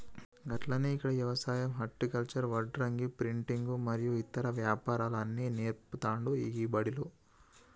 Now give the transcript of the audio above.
గట్లనే ఇక్కడ యవసాయం హర్టికల్చర్, వడ్రంగి, ప్రింటింగు మరియు ఇతర వ్యాపారాలు అన్ని నేర్పుతాండు గీ బడిలో